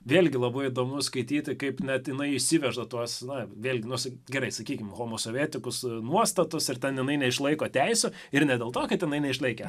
vėlgi labai įdomu skaityti kaip net jinai išsiveža tuos na vėlgi nors gerai sakykim homosovietikus nuostatus ir ten jinai neišlaiko teisių ir ne dėl to kad jinai neišlaikė